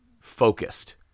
focused